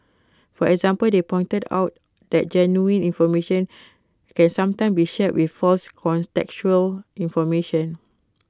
for example they pointed out that genuine information can sometimes be shared with false contextual information